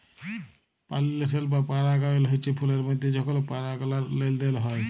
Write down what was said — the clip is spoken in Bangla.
পালিলেশল বা পরাগায়ল হচ্যে ফুলের মধ্যে যখল পরাগলার লেলদেল হয়